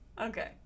Okay